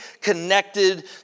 connected